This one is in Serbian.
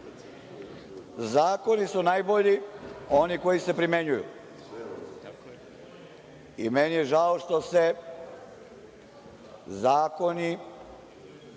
su najbolji oni koji se primenjuju. Meni je žao što se zakoni